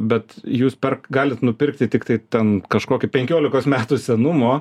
bet jūs galit nupirkti tiktai ten kažkokį penkiolikos metų senumo